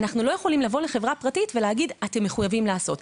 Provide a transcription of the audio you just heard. אנחנו לא יכולים לבוא לחברה פרטית ולהגיד: אתם מחויבים לעשות.